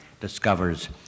discovers